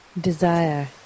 Desire